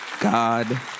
God